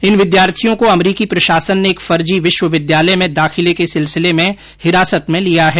इन विद्यार्थियों को अमरीकी प्रशासन ने एक फर्जी विश्व विद्यालय में दाखिले के सिलसिले में हिरासत में लिया है